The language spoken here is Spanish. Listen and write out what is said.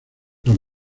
los